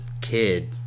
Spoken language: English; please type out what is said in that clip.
kid